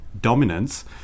dominance